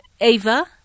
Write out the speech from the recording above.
Ava